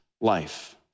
life